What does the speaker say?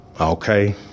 Okay